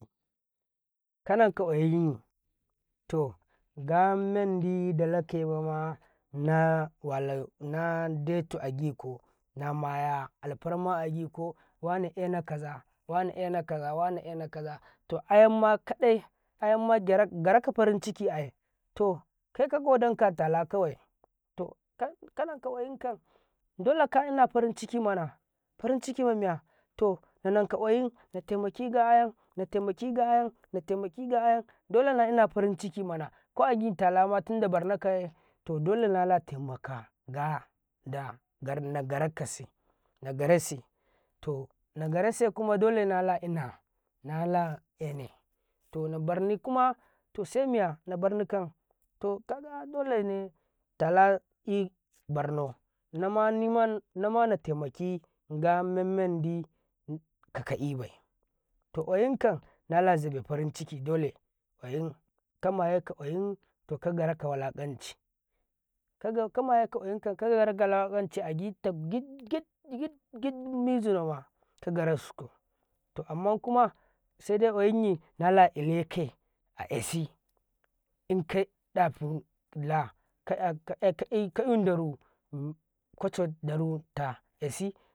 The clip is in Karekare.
﻿kanaka ƙwayin to gamendi da lakemama na walen na deti agiko namaya alfarma agiko wane ane kaza wane ana kaza wane ane kaza to ayama kadae ayangraka farinciki ai to kai kagodin talakawya to kanaka ƙwayinka delle kaina faricimana fariciki mamiya to nanika ƙwayin natemaki ga ayam natemake ga ayam natemaki ga ayam dolennaina farincikimana kogiftalanatinda barnakai to dole nala temaka ga da nagarakasi nagaresi to nagaresi kuma dole nailana nala ane to nabalarnekum to semiya nabarnikam to kaga dolene talai barna nama natemaki gamimendi kakaebai to ƙwayin kam nala zile farinciki dole ƙwayin tamayika ƙwayin to kagaraka walakanci kamayaka ƙwayin kagaraka walaƙanci agittagit git git mizu lomm karaskum to amman kuma sede ƙwayinyayi laika kyasi inkai ɗafila kha-indomin li koco daruka esi.